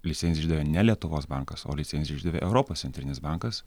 licenziją išdavė ne lietuvos bankas o licenziją išdavė europos centrinis bankas